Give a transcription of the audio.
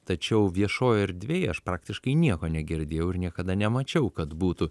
tačiau viešoj erdvėj aš praktiškai nieko negirdėjau ir niekada nemačiau kad būtų